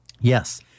Yes